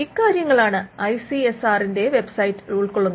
ഇക്കാര്യങ്ങളാണ് I C S R website ഉൾക്കൊള്ളുന്നത്